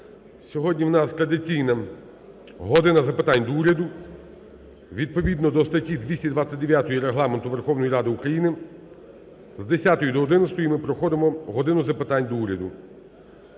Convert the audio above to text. Сьогодні у нас традиційна "година запитань до Уряду". Відповідно до статті 229 Регламенту Верховної Ради України з 10 до 11 ми проходимо "годину запитань до Уряду".